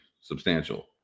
Substantial